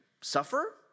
suffer